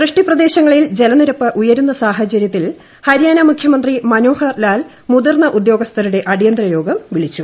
വൃഷ്ടി പ്രദേശങ്ങളിൽ ജലനിരപ്പ് ഉയരുന്ന സാഹചര്യത്തിൽ ഹരിയാന മുഖ്യമന്ത്രി മനോഹർ ലാൽ മുതിർന്ന ഉന്നത ഉദ്യോഗസ്ഥരുടെ അടിയന്തര യോഗം വിളിച്ചു